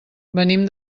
venim